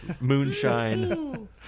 moonshine